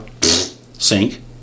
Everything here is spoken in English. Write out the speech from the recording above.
sink